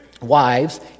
Wives